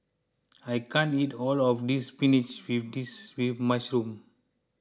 I can't eat all of this Spinach with Mushroom